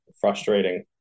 frustrating